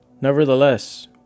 Nevertheless